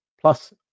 Plus